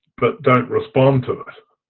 but don't respond to it,